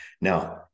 Now